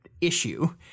issue